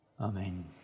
Amen